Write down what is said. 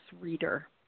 reader